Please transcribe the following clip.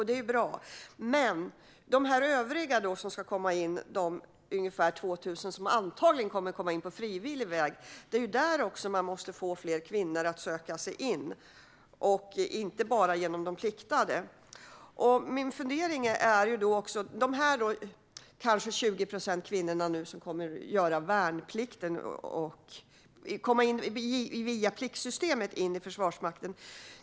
Det är bra. Men i fråga om de övriga som ska komma in, de ungefär 2 000 som antagligen kommer att komma in på frivillig väg, måste man få fler kvinnor att söka sig in även den vägen, inte bara genom värnplikten. Min fundering gäller de kvinnor, kanske 20 procent, som kommer in i Försvarsmakten via pliktsystemet.